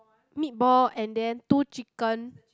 meat ball and then two chicken